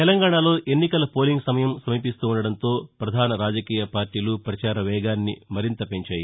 తెలంగాణలో ఎన్నికల పోలింగ్ సమయం సమీపిస్తుండటంతో ప్రధాన రాజకీయ పార్టీలు ప్రచారవేగాన్ని పెంచాయి